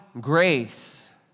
Grace